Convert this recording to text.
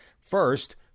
First